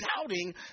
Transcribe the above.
doubting